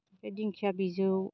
ओमफ्राय दिंखिया बिजौ